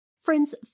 Friends